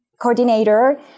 coordinator